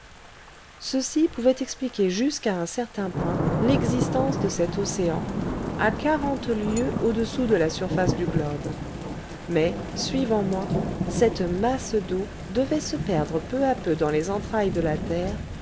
ceci pouvait expliquer jusqu'à un certain point l'existence de cet océan à quarante lieues au-dessous de la surface du globe mais suivant moi cette masse d'eau devait se perdre peu à peu dans les entrailles de la terre